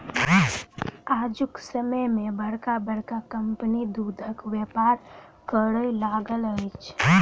आजुक समय मे बड़का बड़का कम्पनी दूधक व्यापार करय लागल अछि